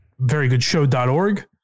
verygoodshow.org